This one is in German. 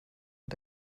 und